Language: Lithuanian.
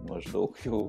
maždaug jau